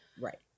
right